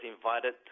invited